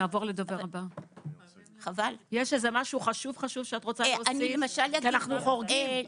יש עוד משהו חשוב שאת רוצה להוסיף כי אנחנו חורגים?